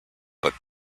but